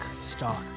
star